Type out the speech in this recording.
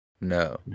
No